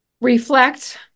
reflect